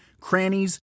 crannies